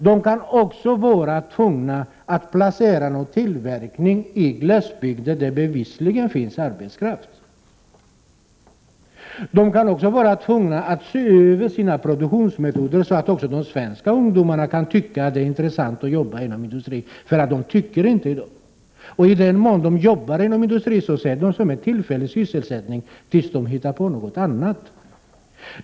Man kan också blir tvungen att förlägga tillverkning till glesbygden, där det bevisligen finns arbetskraft. Vidare kan man bli tvungen att se över produktionsmetoderna och vidta åtgärder, så att också svenska ungdomar kan finna det intressant att jobba inom industrin. Så är det nämligen inte i dag. I den mån de jobbar inom industrin ser de sitt arbete som en tillfällig sysselsättning i avvaktan på någonting annat.